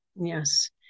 Yes